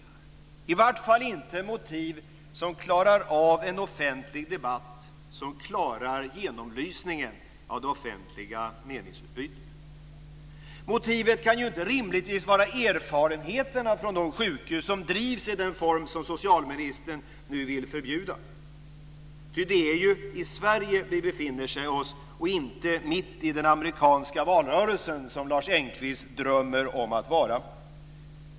Det finns i vart fall inte några motiv som klarar av en offentlig debatt och genomlysningen av det offentliga meningsutbytet. Motivet kan inte rimligtvis vara erfarenheterna från de sjukhus som drivs i den form som socialministern nu vill förbjuda. Ty det är ju i Sverige vi befinner oss, och inte mitt i den amerikanska valrörelsen, där Lars Engqvist drömmer om att vara.